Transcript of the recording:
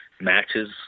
matches